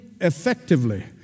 Effectively